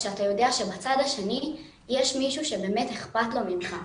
כשאתה יודע שבצד השני יש מישהו שבאמת אכפת לו ממך.